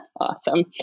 Awesome